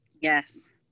Yes